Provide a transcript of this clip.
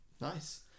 nice